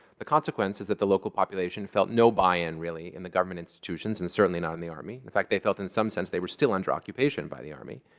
the consequence is that the local population felt no buy-in, really, in the government institutions, and certainly not in the army. in fact, they felt, in some sense, they were still under occupation by the army.